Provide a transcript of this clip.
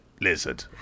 Lizard